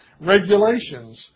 regulations